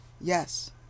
Yes